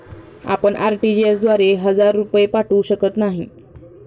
आपण आर.टी.जी.एस द्वारे हजार रुपये पाठवू शकत नाही